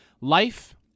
life